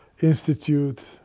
institute